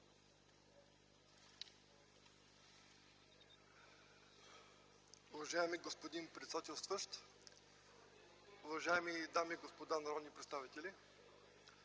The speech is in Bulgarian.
Уважаеми господин председател, уважаеми дами и господа народни представители!